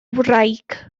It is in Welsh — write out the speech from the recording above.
wraig